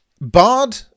BARD